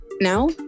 Now